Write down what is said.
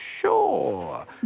Sure